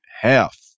half